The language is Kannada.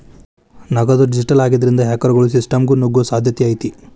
ನಗದು ಡಿಜಿಟಲ್ ಆಗಿದ್ರಿಂದ, ಹ್ಯಾಕರ್ಗೊಳು ಸಿಸ್ಟಮ್ಗ ನುಗ್ಗೊ ಸಾಧ್ಯತೆ ಐತಿ